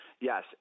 Yes